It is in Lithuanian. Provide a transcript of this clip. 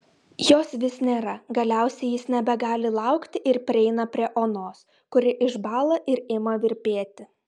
jos vis nėra galiausiai jis nebegali laukti ir prieina prie onos kuri išbąla ir ima virpėti